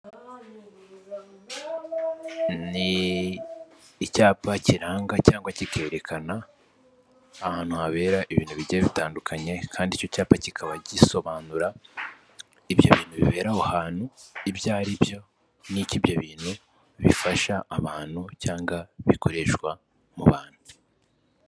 Ni icyapa kiranga cyangwa kikerekana ahantu habera ibintu bigiye bitandukanye kandi icyo cyapa kikaba gisobanura ibyo bintu bibera aho hantu ibyo n'icyo ibyo bintu bifasha abantu cyangwa bikoreshwa mu bantu.